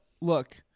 look